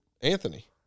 Anthony